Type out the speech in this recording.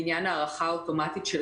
בעניין הארכה אוטומטית של